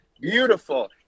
Beautiful